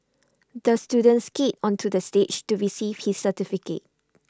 the student skated onto the stage to receive his certificate